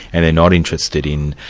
and they're not interested in